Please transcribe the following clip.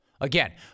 Again